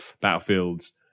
Battlefields